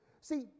See